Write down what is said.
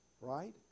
Right